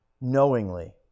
Knowingly